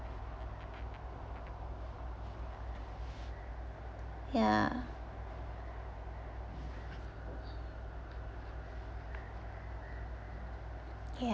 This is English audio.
ya ya